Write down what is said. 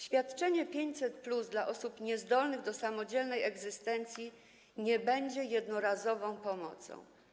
Świadczenie 500+ dla osób niezdolnych do samodzielnej egzystencji nie będzie jednorazową pomocą.